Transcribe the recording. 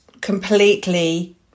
completely